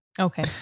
Okay